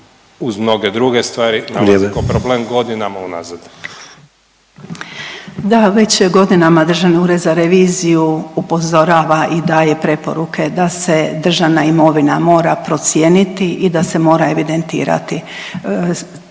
kao problem godinama unazad. **Rogošić, Nediljka** Da, već godinama Državni ured za reviziju upozorava i daje preporuke da se državna imovina mora procijeniti i da se mora evidentirati.